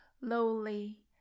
lowly